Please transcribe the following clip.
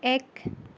এক